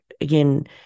again